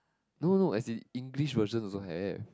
no no as in English version also have